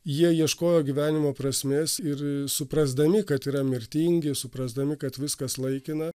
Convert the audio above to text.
jie ieškojo gyvenimo prasmės ir suprasdami kad yra mirtingi suprasdami kad viskas laikina